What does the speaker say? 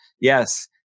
Yes